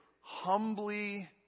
humbly